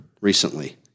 recently